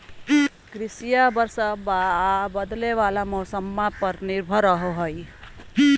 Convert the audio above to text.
कृषिया बरसाबा आ बदले वाला मौसम्मा पर निर्भर रहो हई